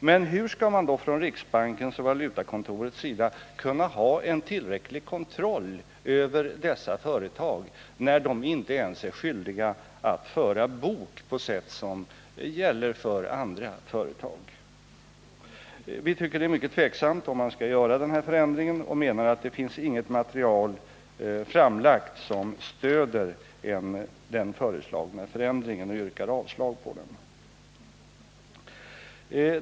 Men hur skall man då från riksbankens och valutakontorets sida kunna ha en tillräcklig kontroll över dessa företag, när de inte ens är skyldiga att föra bok på sätt som gäller för andra företag? Vi tycker det är mycket tveksamt om man skall göra den här förändringen och menar att det inte finns något material framlagt som stöder den föreslagna förändringen. Vi yrkar därför avslag på den.